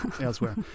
Elsewhere